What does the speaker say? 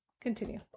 Continue